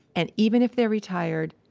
and even if they're retired,